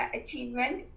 achievement